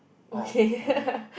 orh okay